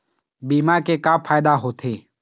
बीमा के का फायदा होते?